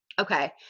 Okay